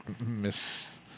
Miss